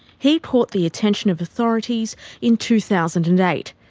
he caught the attention of authorities in two thousand and eight,